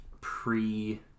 pre